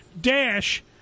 dash